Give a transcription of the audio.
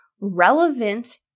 relevant